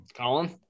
Colin